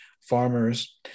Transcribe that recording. farmers